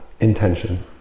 intention